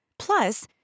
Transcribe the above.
Plus